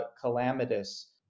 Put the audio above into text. calamitous